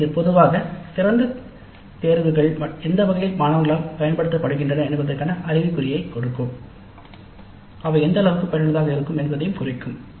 எனவே இது பொதுவாக திறந்த தேர்வுகள் எந்த வழியில் மாணவர்களால் பயன்படுத்தப்படுகின்றன என்பதற்கான அறிகுறியைக் கொடுக்கும் அவை எந்த அளவிற்கு பயனுள்ளதாக இருக்கும் என்பதையும் குறிக்கும்